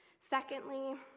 Secondly